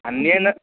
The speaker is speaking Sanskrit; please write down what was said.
अन्ये न